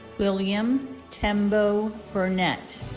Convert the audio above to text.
william tembo burnett